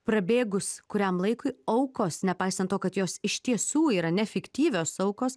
prabėgus kuriam laikui aukos nepaisant to kad jos iš tiesų yra nefiktyvios aukos